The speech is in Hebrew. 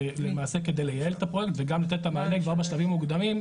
זה למעשה כדי לייעל את הפרויקט וגם לתת את המענה כבר בשלבים המוקדמים,